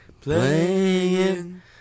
playing